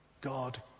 God